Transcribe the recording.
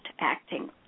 acting